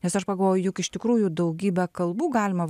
nes aš pagalvojau juk iš tikrųjų daugybe kalbų galima